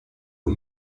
aux